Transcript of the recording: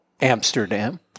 Amsterdam